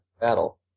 Battle